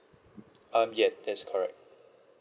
um yes that's correct